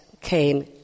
came